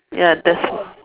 ya that's